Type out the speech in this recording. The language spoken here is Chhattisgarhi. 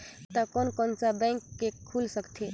खाता कोन कोन सा बैंक के खुल सकथे?